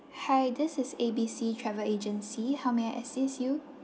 hi this is A B C travel agency how may I assist you